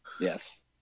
Yes